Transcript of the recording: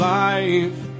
life